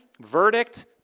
verdict